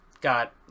got